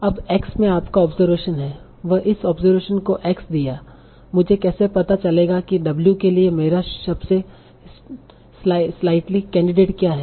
अब एक्स में आपका ऑब्जरवेशन है अब इस ऑब्जरवेशन को एक्स दिया मुझे कैसे पता चलेगा कि w के लिए मेरा सबसे स्लाइटली कैंडिडेट क्या है